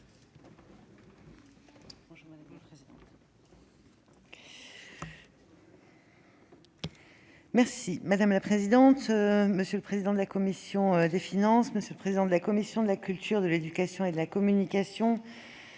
Madame la présidente, monsieur le président de la commission des finances, monsieur le président de la commission de la culture, de l'éducation et de la communication,